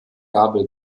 gabel